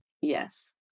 Yes